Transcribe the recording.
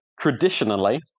Traditionally